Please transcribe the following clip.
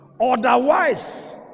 Otherwise